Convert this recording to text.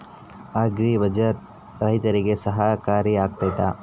Agri bazaar ರೈತರಿಗೆ ಸಹಕಾರಿ ಆಗ್ತೈತಾ?